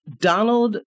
Donald